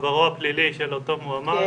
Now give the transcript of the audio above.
עברו הפלילי של אותו מועמד,